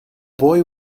boy